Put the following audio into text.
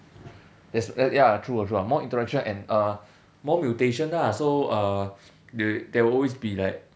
yes ya true true ah more interaction and uh more mutation ah so uh there there will always be like